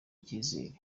icyizere